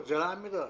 עמידר.